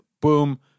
boom